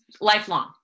lifelong